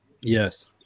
Yes